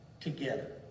together